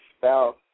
spouse